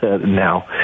now